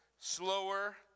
slower